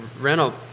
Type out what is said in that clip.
rental